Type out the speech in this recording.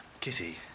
Kitty